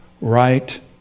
right